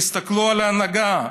תסתכלו על ההנהגה,